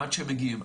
עד שמגיעים.